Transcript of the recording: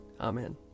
Amen